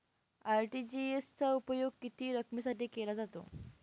RTGS चा उपयोग किती रकमेसाठी केला जातो?